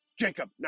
Jacob